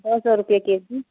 دو سو روپئے کے جی